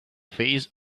face